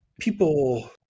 People